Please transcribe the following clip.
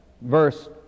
verse